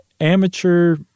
amateur